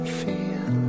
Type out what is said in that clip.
feel